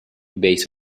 base